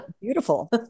Beautiful